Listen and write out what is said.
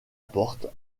porte